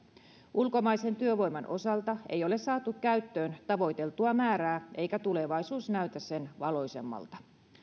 ulkomaisen työvoiman osalta ei ole saatu käyttöön tavoiteltua määrää eikä tulevaisuus näytä sen valoisammalta